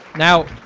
now